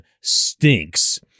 stinks